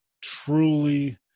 truly